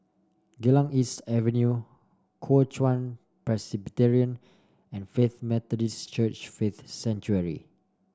Geylang East Avenue Kuo Chuan Presbyterian and Faith Methodist Church Faith Sanctuary